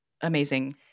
amazing